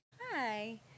Hi